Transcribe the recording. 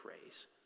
praise